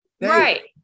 right